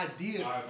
idea